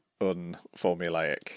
unformulaic